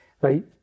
right